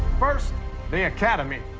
first the academy.